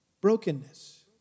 brokenness